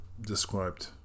described